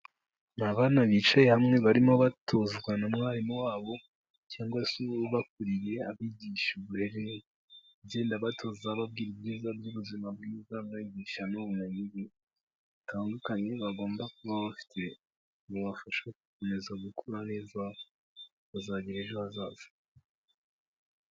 Ni abana bicaye hamwe barimo batozwa na mwarimu wabo cyangwa se ababakuririye abigisha uburere agenda abatoza ababwira ibyiza by'ubuzima bwiza abigisha n'ubumenya butandukanye bagomba kuba bafite bubafasha gukomeza gukura neza bakazagira ejo hazaza.